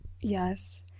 Yes